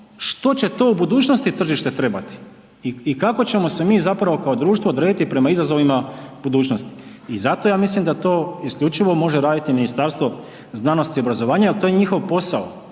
što će to u budućnosti tržište trebati i kako ćemo se mi zapravo kao društvo odrediti prema izazovima budućnosti. I zato ja mislim da to isključivo može raditi Ministarstvo znanosti i obrazovanja jer to je njihov posao,